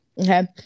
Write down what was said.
okay